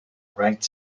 ranked